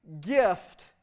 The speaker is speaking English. gift